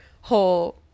whole